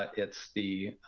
ah it's the